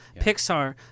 Pixar